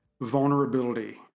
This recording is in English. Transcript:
vulnerability